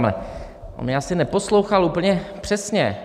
On mě asi neposlouchal úplně přesně.